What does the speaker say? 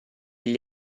gli